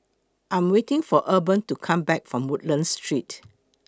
I Am waiting For Urban to Come Back from Woodlands Street